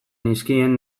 nizkien